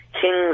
King's